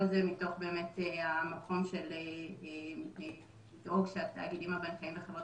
כל זה מתוך המקום של דאגה שהתאגידים הבנקאיים וחברות